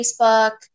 Facebook